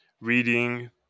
reading